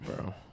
bro